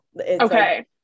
Okay